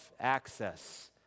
access